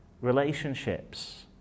relationships